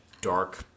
dark